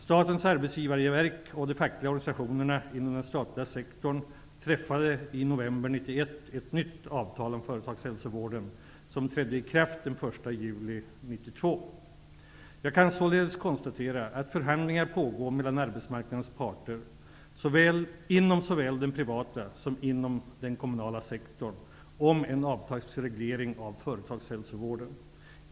Statens arbetsgivarverk och de fackliga organisationerna inom den statliga sektorn träffade i november 1991 ett nytt avtal om företagshälsovården, som trädde i kraft den 1 juli Jag kan således konstatera att förhandlingar pågår mellan arbetsmarknadens parter inom såväl den privata som den kommunala sektorn om en avtalsreglering av företagshälsovården.